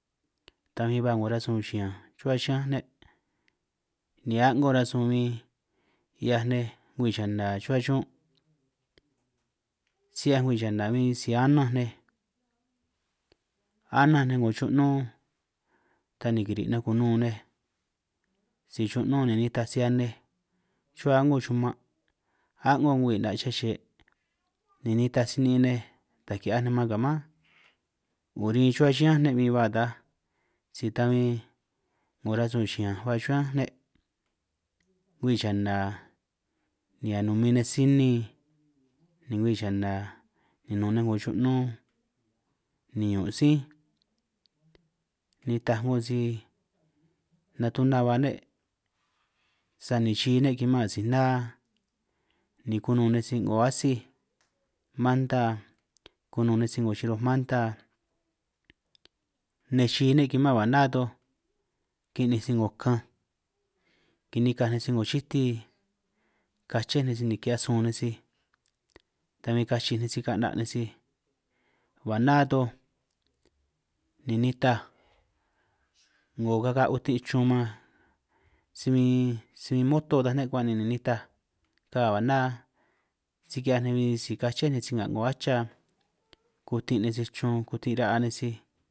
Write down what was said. Ta huin ba 'ngo rasun xiñanj chuhua xiñánj ne', ni a'ngo rasun huin 'hiaj nej ngwii yana chuhua xún' si 'hiaj 'ngo ngwii yana huin, si ananj nej ananj nej 'ngo xu'nún ta ni kiri' nej kunun nej, si xu'nún ni nitaj si anej chuhua a'ngo xuman', a'ngo gwii 'na' chej ye' ni nitaj si niin nej taj ki'hiaj nej man ka' mánj, 'ngo rin chuhua xiñán ne' huin taj si ta huin 'ngo rasun xiñanj hua xiñánj ne', ngwii yana ni anumin nej sinin ni ngwii yana ni nun nej 'ngo xu'nún, ni ñun' sí nitaj 'ngo si natuna ba ne', sani xi ne' kiman asij na ni kunun nej sij 'ngo atsíj manta kunun nej sij, 'ngo xiroj manta nej xi ne' kimán ka na toj kininj sij 'ngo kanj, kinikaj nej sij 'ngo xíti kaché nej sij ni ki'hiaj sun nej sij, ta huin kachij nej sij ka'naj nej sij ba ná toj, ni nitaj 'ngo kaga' utin chun man si huin si huin moto taj ne' kuan', ni ni nitaj ga ba' ná si ki'hiaj nej huin si kaché nej sij, nga 'ngo acha kutin nej sij chun kuti raa nej sij.